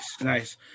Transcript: nice